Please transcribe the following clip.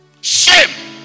Shame